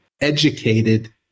educated